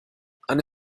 eine